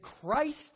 Christ